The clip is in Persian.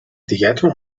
دیگتون